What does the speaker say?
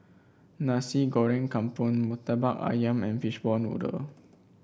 Nasi Goreng Kampung murtabak ayam and Fishball Noodle